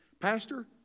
Pastor